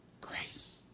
grace